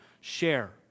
share